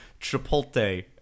Chipotle